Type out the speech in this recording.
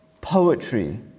poetry